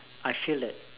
I feel that